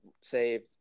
say